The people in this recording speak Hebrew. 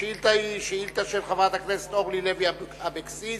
השאילתא היא של חברת הכנסת אורלי לוי אבקסיס,